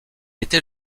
était